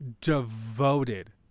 devoted